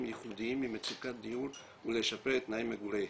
ייחודיים ממצוקת דיור ולשפר את תנאי מגוריהם.